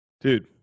Dude